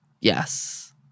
Yes